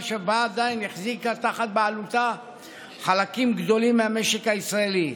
שבה עדיין החזיקה תחת בעלותה חלקים גדולים מהמשק הישראלי,